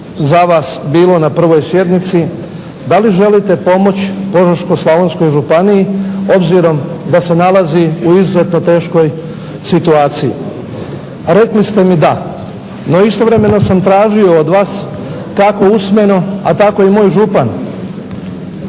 za vas bilo na prvoj sjednici da li želite pomoći Požeško-slavonskoj županiji obzirom da se nalazi u izuzetno teškoj situaciji. A rekli ste mi da, no istovremeno sam tražio od vas kako usmeno, a tako i moj župan